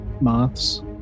Moths